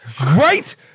Right